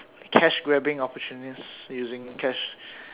cash grabbing opportunists using cash